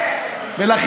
לך.